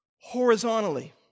horizontally